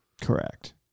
Correct